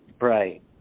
Right